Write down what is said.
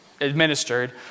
administered